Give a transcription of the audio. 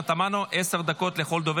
שם ייקבע המשך הטיפול